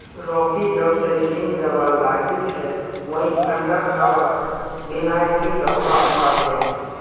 Rocky जब स gym जाबा लागिल छ वइ अंडा खबार बिनइ नी रहबा पा छै